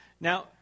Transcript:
Now